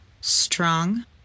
Strong